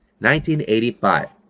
1985